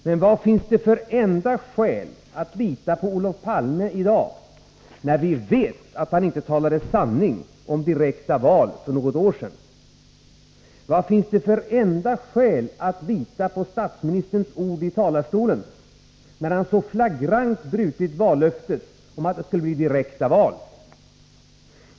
Men vilket enda skäl finns det att lita på Olof Palme i dag, när vi vet att han inte talade sanning för något år sedan, då han talade om direkta val. Vilket enda skäl finns det att lita på statsministerns ord i talarstolen, när han så flagrant brutit vallöftet om att det skulle bli direkta val?